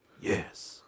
yes